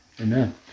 Amen